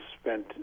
spent